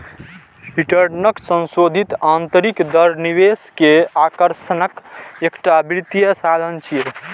रिटर्नक संशोधित आंतरिक दर निवेश के आकर्षणक एकटा वित्तीय साधन छियै